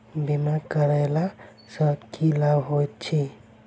बीमा करैला सअ की लाभ होइत छी?